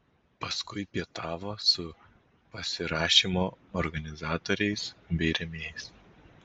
paskui pietavo su pasirašymo organizatoriais bei rėmėjais